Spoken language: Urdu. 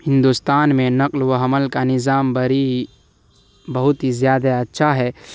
ہندوستان میں نقل و حمل کا نظام بری بہت ہی زیادہ اچھا ہے